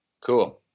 Cool